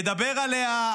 מדבר עליה,